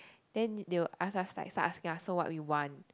then they will ask like start asking us what we want